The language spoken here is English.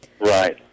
Right